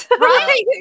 Right